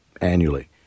annually